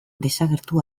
desagertu